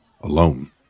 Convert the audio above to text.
Alone